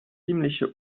ziemliche